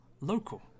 local